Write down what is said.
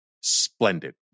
splendid